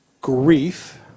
grief